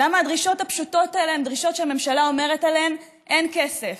למה הדרישות הפשוטות האלה הן דרישות שהממשלה אומרת עליהן אין כסף,